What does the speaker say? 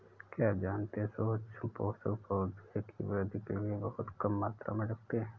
क्या आप जानते है सूक्ष्म पोषक, पौधों की वृद्धि के लिये बहुत कम मात्रा में लगते हैं?